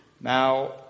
Now